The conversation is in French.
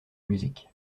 music